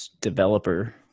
developer